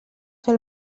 fer